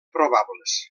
probables